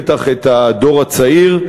בטח את הדור הצעיר,